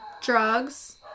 Drugs